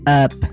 up